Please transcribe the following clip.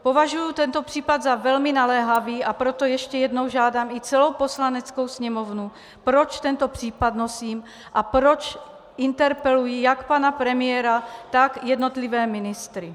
Považuji tento případ za velmi naléhavý, a proto ještě jednou žádám i celou Poslaneckou sněmovnu, proč tento případ nosím a proč interpeluji jak pana premiéra, tak jednotlivé ministry.